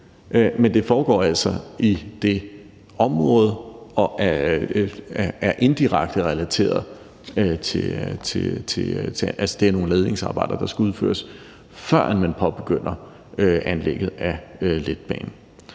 men det foregår altså i det område og er nogle ledningsarbejder, der skal udføres, førend man påbegynder anlægget af letbanen.